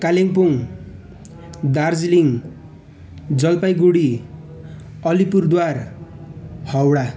Kalimpong Darjeeling Jalpaiguri Alipurduar Howrah